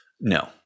No